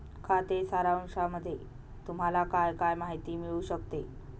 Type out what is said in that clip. खाते सारांशामध्ये तुम्हाला काय काय माहिती मिळू शकते?